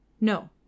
No